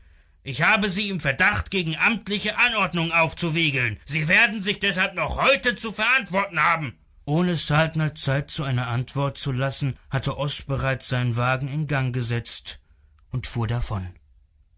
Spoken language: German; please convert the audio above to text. ich habe sie im verdacht gegen amtliche anordnungen aufzuwiegeln sie werden sich deshalb noch heute zu verantworten haben ohne saltner zeit zu einer antwort zu lassen hatte oß bereits seinen wagen in gang gesetzt und fuhr davon